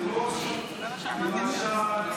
חברת הכנסת